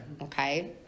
Okay